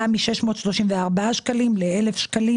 ל-1000 שקלים.